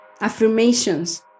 affirmations